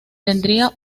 tendría